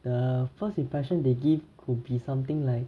the first impression they give could be something like